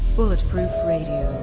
bulletproof radio,